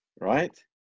right